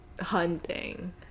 hunting